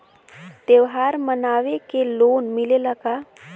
त्योहार मनावे के लोन मिलेला का?